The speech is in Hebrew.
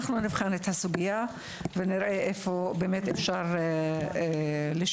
אנחנו נבחן את הסוגיה ונראה איפה אפשר באמת לשפר.